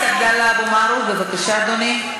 אדוני,